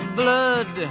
blood